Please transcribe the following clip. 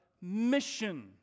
mission